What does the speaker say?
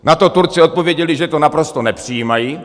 Na to Turci odpověděli, že to naprosto nepřijímají.